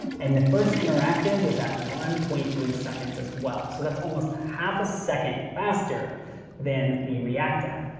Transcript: and the first interactive was at one point three seconds as well. so that's almost half a second faster than the react app.